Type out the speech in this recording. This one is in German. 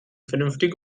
vernünftig